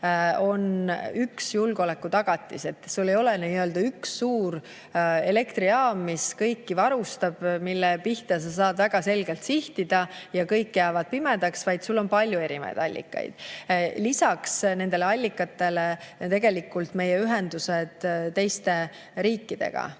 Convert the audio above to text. on üks julgeoleku tagatis, et sul ei ole üks suur elektrijaam, mis kõiki varustab ja mille pihta vaenlane saab väga selgelt sihtida ja kõik jääb pimedaks, vaid sul on palju erinevaid allikaid. Lisaks nendele allikatele on tegelikult [tähtsad] meie ühendused teiste riikidega,